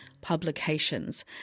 publications